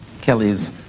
Kelly's